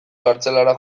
kartzelara